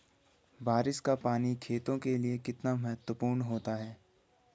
बारिश का पानी खेतों के लिये कितना महत्वपूर्ण होता है?